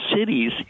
cities